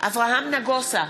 אברהם נגוסה,